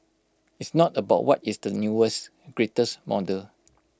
it's not about what is the newest greatest model